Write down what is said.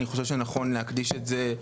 אני חושב שנכון להקדיש את זה.